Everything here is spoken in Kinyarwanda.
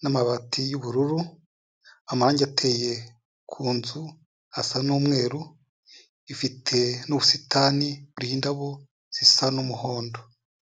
n'amabati y'ubururu, amarangi ateye ku nzu asa n'umweru, ifite n'ubusitani buriho indabo zisa n'umuhondo.